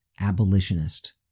abolitionist